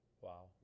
Wow